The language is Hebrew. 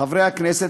חברי הכנסת,